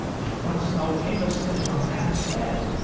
once thou camest into a man's bed,